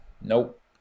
nope